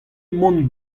mont